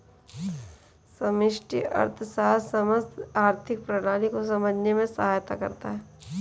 समष्टि अर्थशास्त्र समस्त आर्थिक प्रणाली को समझने में सहायता करता है